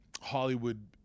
Hollywood